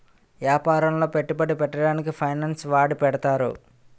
యాపారములో పెట్టుబడి పెట్టడానికి ఫైనాన్స్ వాడి పెడతారు